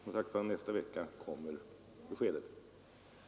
Och, som sagt, nästa vecka kommer beskedet.